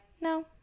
no